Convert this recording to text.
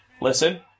Listen